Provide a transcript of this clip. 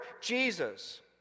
Jesus